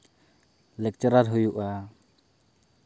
lecturer ᱦᱩᱭᱩᱜᱼᱟ